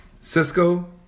Cisco